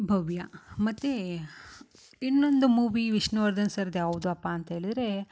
ಭವ್ಯ ಮತ್ತು ಇನ್ನೊಂದು ಮೂವಿ ವಿಷ್ಣುವರ್ಧನ್ ಸರ್ದ ಯಾವುದು ಅಪ್ಪ ಅಂತೇಳಿದರೆ